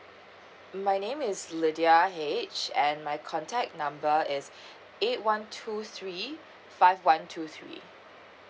my name is lydia H and my contact number is eight one two three five one two three